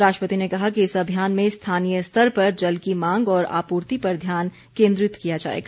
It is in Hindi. राष्ट्रपति ने कहा कि इस अभियान में स्थानीय स्तर पर जल की मांग और आपूर्ति पर ध्यान केन्द्रित किया जाएगा